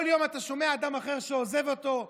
כל יום אתה שומע על אדם אחר שעוזב אותו,